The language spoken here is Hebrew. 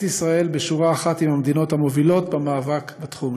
ישראל בשורה אחת עם המדינות המובילות במאבק בתחום.